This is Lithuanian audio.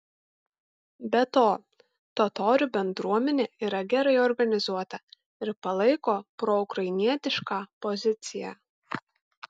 be to totorių bendruomenė yra gerai organizuota ir palaiko proukrainietišką poziciją